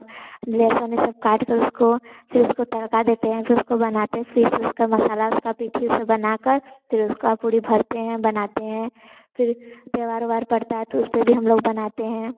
लहसुन यह सब काट कर उसको फिर उसको तड़का देते हैं फिर उसको बनाते हैं फिर उसका मसाला उसका पीठी उसको बनाकर फिर उसकी पूड़ी भरते हैं बनाते हैं फिर त्यौहार ओहार पड़ता है तो उस पर भी हम लोग बनाते हैं